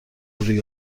روی